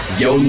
yo